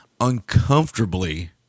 uncomfortably